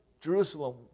Jerusalem